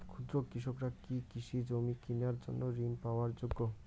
ক্ষুদ্র কৃষকরা কি কৃষিজমি কিনার জন্য ঋণ পাওয়ার যোগ্য?